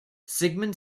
sigmund